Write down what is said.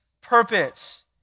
purpose